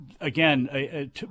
again